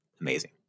amazing